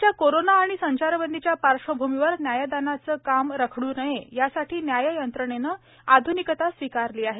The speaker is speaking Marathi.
सध्याच्या कोरोना आणि संचारबंदीच्या पार्श्वभूमीवर न्यायदानाचे काम रखड् नये यासाठी न्याययंत्रणेने आध्निकता स्वीकारली आहे